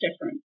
different